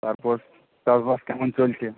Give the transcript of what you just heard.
তারপর চাষ বাস কেমন চলছে